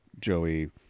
Joey